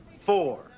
four